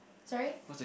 sorry